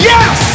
Yes